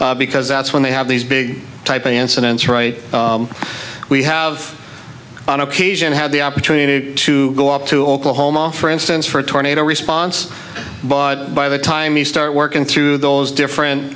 fire because that's when they have these big type incidents right we have on occasion had the opportunity to go up to oklahoma for instance for a tornado response but by the time you start working through those